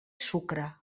sucre